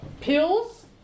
pills